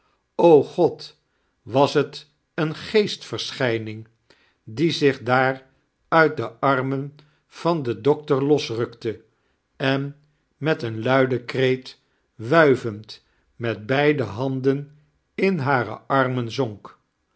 god was het een geestverschijning die zich daar uit de armen van den doctor losrukte en met een luiden kreet wuivend met beide handen in hare armen zonk